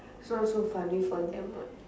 is not so funny for them what